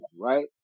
right